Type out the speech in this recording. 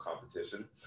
competition